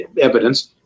evidence